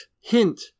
hint